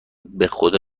بخدا